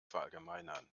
verallgemeinern